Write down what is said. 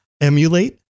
Emulate